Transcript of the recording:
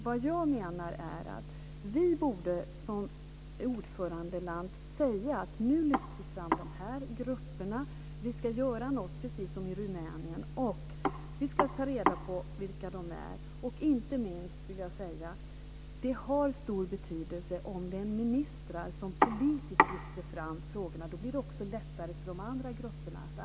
Vad jag menar är att vi som ordförandeland borde säga att nu lyfter vi fram de här grupperna.